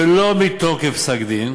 ולא מתוקף פסק-דין,